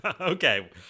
okay